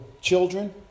children